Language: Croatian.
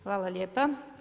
Hvala lijepa.